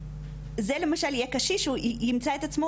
זה למשל יהיה קשיש הוא יימצא את עצמו,